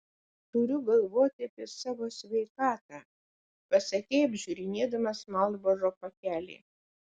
turiu galvoti apie savo sveikatą pasakei apžiūrinėdamas marlboro pakelį